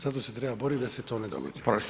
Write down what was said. Zato se treba boriti da se to ne dogodi.